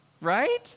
Right